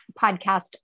podcast